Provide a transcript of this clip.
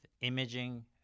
imaging